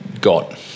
got